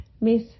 miss